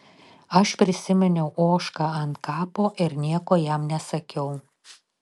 aš prisiminiau ožką ant kapo ir nieko jam nesakiau